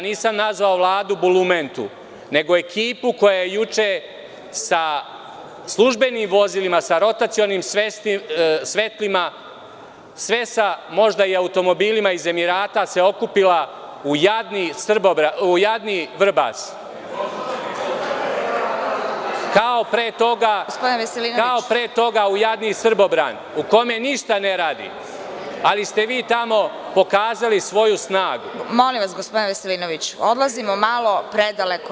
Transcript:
Nisam nazvao Vladu bulumentom, nego ekipu koja je juče sa službenim vozilima sa rotacionim svetlima, sve sa možda i automobilima iz Emirata, se okupila u jadni Vrbas, kao pre toga u jadni Srbobran u kome ništa ne radi, ali ste vi tamo pokazali svoju snagu. (Predsedavajuća: Gospodine Veselinoviću, odlazimo malo predaleko.